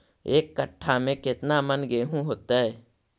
एक कट्ठा में केतना मन गेहूं होतै?